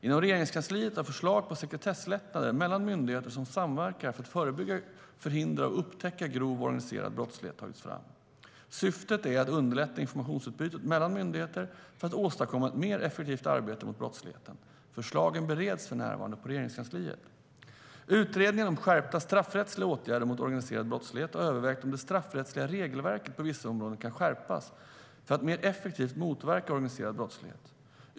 Inom Regeringskansliet har förslag på sekretesslättnader mellan myndigheter som samverkar för att förebygga, förhindra och upptäcka grov organiserad brottslighet tagits fram. Syftet är att underlätta informationsutbytet mellan myndigheterna för att åstadkomma ett mer effektivt arbete mot brottsligheten. Förslagen bereds för närvarande på Regeringskansliet.Utredningen om skärpta straffrättsliga åtgärder mot organiserad brottslighet har övervägt om det straffrättsliga regelverket på vissa områden kan skärpas för att mer effektivt motverka organiserad brottslighet.